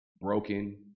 broken